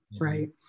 Right